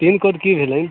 pincode की भेलै